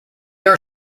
are